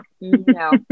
no